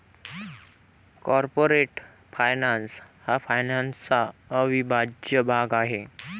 corporate finance हा फायनान्सचा अविभाज्य भाग आहे